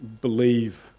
believe